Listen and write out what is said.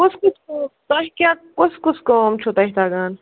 کُس کُس تۄہہِ کیٛاہ کُس کُس کٲم چھُ تۄہہِ تگان